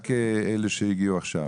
רק אלה שהגיעו עכשיו.